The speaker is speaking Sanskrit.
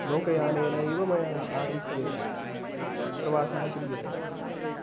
लोकयानेन इव मया आधिक्येन प्रवासः क्रियते